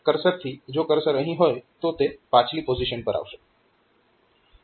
તો ડિક્રીમેન્ટ કર્સરથી જો કર્સર અહીં હોય તો તે પાછલી પોઝીશન પર આવશે